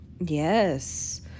Yes